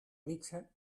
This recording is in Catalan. mitja